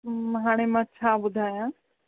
हाणे मां छा ॿुधायां